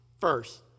First